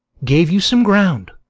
gave you some ground.